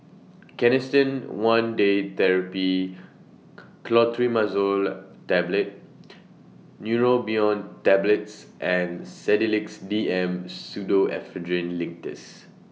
Canesten one Day Therapy Clotrimazole Tablet Neurobion Tablets and Sedilix D M Pseudoephrine Linctus